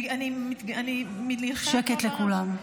שקט כולם.